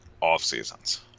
off-seasons